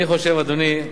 אני חושב, אדוני,